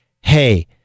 hey